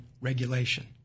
regulation